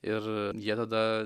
ir jie tada